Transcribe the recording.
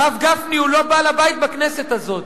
הרב גפני הוא לא בעל הבית בכנסת הזאת.